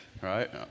right